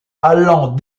allant